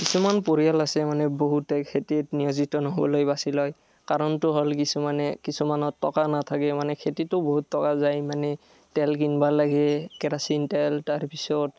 কিছুমান পৰিয়াল আছে মানে বহুতে খেতিত নিয়োজিত নহ'বলৈ বাছি লয় কাৰণটো হ'ল কিছুমানে কিছুমানৰ টকা নাথাকে মানে খেতিটো বহুত টকা যায় মানে তেল কিনবা লাগে কেৰাছিন তেল তাৰপিছত